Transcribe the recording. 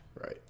Right